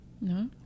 no